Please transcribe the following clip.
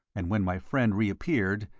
and when my friend re-appeared,